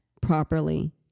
properly